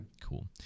cool